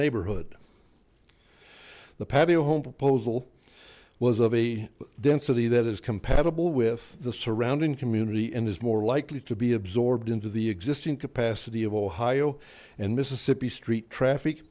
neighborhood the patio home proposal was of a density that is compatible with the surrounding community and is more likely to be absorbed into the existing capacity of ohio and mississippi street traffic